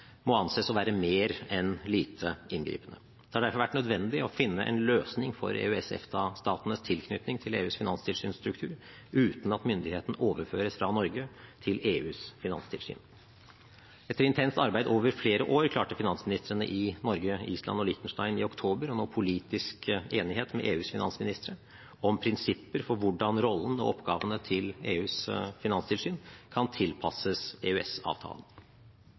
må anses å være mer enn lite inngripende. Det har derfor vært nødvendig å finne en løsning for EØS-/EFTA-statenes tilknytning til EUs finanstilsynsstruktur, uten at myndigheten overføres fra Norge til EUs finanstilsyn. Etter intenst arbeid over flere år klarte finansministrene i Norge, Island og Liechtenstein i oktober å nå politisk enighet med EUs finansministre om prinsipper for hvordan rollen og oppgavene til EUs finanstilsyn kan tilpasses